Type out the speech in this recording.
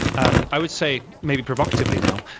um i would say, maybe provocatively now,